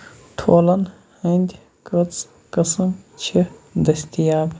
ٹھوٗلن ہٕنٛدۍ کٔژ قٕسم چھِ دٔستِیاب؟